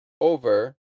over